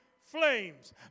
flames